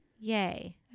Yay